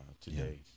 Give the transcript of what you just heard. today